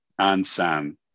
ansan